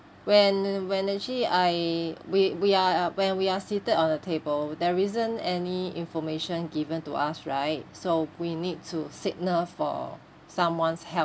when when actually I we we are uh when we are seated on the table there isn't any information given to us right so we need to signal for someone's help